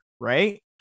Right